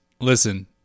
listen